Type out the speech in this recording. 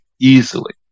easily